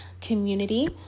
community